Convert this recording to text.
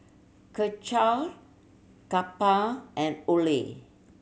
Karcher Kappa and Olay